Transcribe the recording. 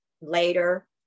later